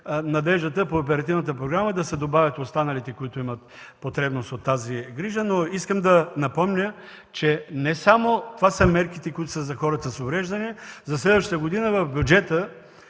надеждата по Оперативната програма да се добавят и останалите, които имат потребност от тази грижа. Искам да напомня, че не само това са мерките, които са за хората с увреждания. За следващата година в бюджета